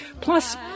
plus